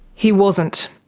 he wasn't.